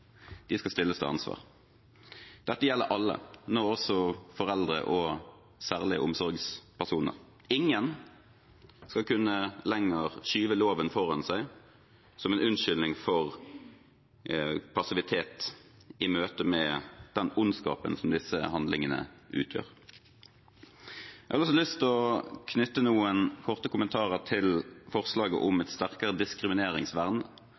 skal stilles til ansvar. Dette gjelder alle, nå også foreldre og særlige omsorgspersoner. Ingen skal lenger kunne skyve loven foran seg som en unnskyldning for passivitet i møte med den ondskapen som disse handlingene utgjør. Jeg har også lyst til å knytte noen korte kommentarer til forslaget om et sterkere diskrimineringsvern